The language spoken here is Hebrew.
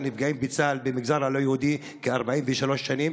נפגעים בצה"ל במגזר הלא-יהודי כ-43 שנים.